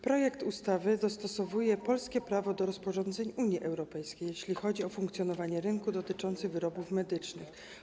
Projekt ustawy dostosowuje polskie prawo do rozporządzeń Unii Europejskiej, jeśli chodzi o funkcjonowanie rynku dotyczące wyrobów medycznych.